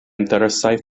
interesaj